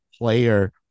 player